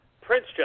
Prince